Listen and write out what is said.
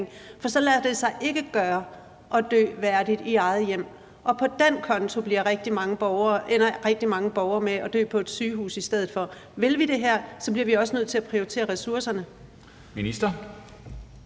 For ellers lader det sig ikke gøre at dø værdigt i eget hjem, og på den konto ender rigtig mange borgere med at dø på et sygehus i stedet for. Vil vi det her, bliver vi også nødt til at prioritere ressourcerne.